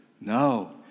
No